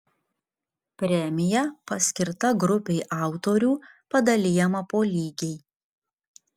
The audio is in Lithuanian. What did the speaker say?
premija paskirta grupei autorių padalijama po lygiai